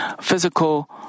physical